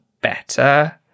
better